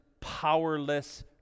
powerless